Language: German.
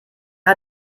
hat